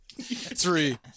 Three